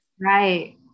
right